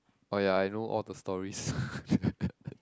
oh ya I know all of the stories